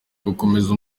gukomeza